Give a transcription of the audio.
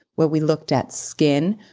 where we looked at skin,